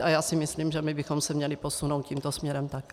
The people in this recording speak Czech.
A já si myslím, že my bychom se měli posunout tímto směrem taky.